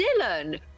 Dylan